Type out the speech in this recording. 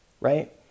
right